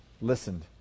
Listened